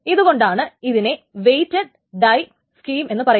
ഇതു കൊണ്ടാണ് ഇതിനെ വെയിറ്റ് ഡൈ സ്കീം എന്നു പറയുന്നത്